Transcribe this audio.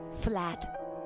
flat